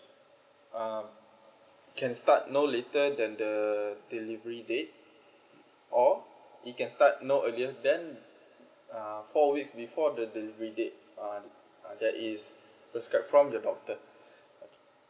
um can start no later than the delivery date or it can start no earlier than uh four weeks before the delivery date uh the~ uh that is prescribe from the doctor